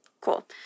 Cool